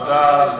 תודה.